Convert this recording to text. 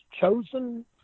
chosen